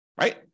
right